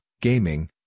gaming